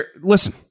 Listen